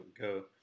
go